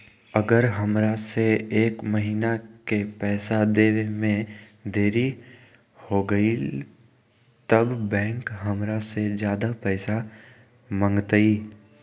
अगर हमरा से एक महीना के पैसा देवे में देरी होगलइ तब बैंक हमरा से ज्यादा पैसा मंगतइ?